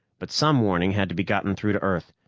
but some warning had to be gotten through to earth,